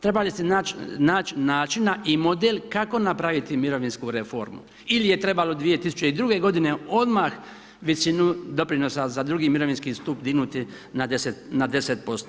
Trebali ste naći načina i model kako napraviti mirovinsku reformu ili je trebalo 2002. g. odmah visinu doprinosa za II. mirovinski stup dignuti na 10%